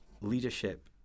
leadership